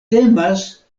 temas